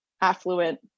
affluent